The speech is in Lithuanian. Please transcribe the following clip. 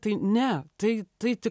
tai ne tai tai ti